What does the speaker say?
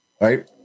right